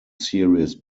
series